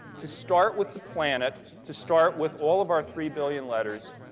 to start with the planet, to start with all of our three billion letters,